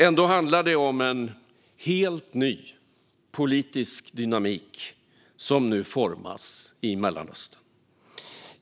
Ändå handlar det om en helt ny politisk dynamik som nu formas i Mellanöstern.